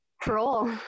parole